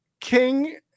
King